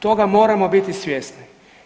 Toga moramo biti svjesni.